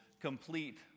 complete